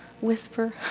whisper